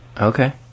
Okay